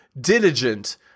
diligent